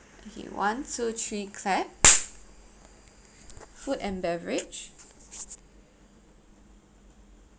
okay one two three clap food and beverage